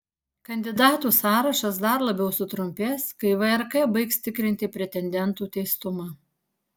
kandidatų sąrašas dar labiau sutrumpės kai vrk baigs tikrinti pretendentų teistumą